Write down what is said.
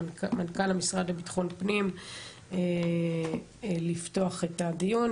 מנכ"ל המשרד ביטחון פנים לפתוח את הדיון,